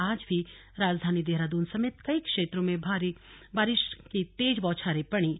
आज भी राजधानी देहरादून समेत कई क्षेत्रों में बारिश की तेछ बौछारे पड़ीं